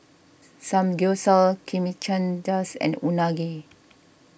Samgyeopsal Chimichangas and Unagi